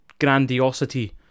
grandiosity